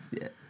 yes